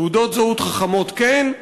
תעודות זהות חכמות, כן.